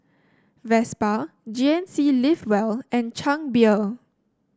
Vespa G N C Live Well and Chang Beer